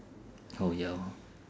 oh ya hor